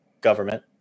government